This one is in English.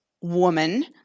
woman